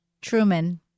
Truman